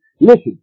listen